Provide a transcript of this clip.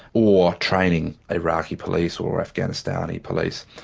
or training iraqi police or afghanistani police.